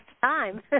time